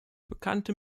bekannte